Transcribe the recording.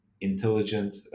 intelligent